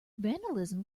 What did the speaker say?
vandalism